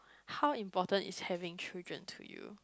how important is having children to you